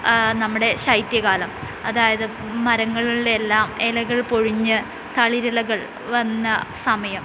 നമ്മുടെ ശൈത്യകാലം അതായത് മരങ്ങളുടെയെല്ലാം ഇലകൾ പൊഴിഞ്ഞ് തളിരിലകൾ വന്ന സമയം